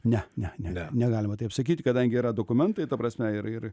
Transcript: ne ne ne negalima taip sakyt kadangi yra dokumentai ta prasme ir ir